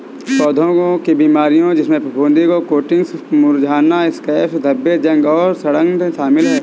पौधों की बीमारियों जिसमें फफूंदी कोटिंग्स मुरझाना स्कैब्स धब्बे जंग और सड़ांध शामिल हैं